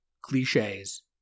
cliches